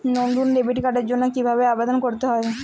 নতুন ডেবিট কার্ডের জন্য কীভাবে আবেদন করতে হবে?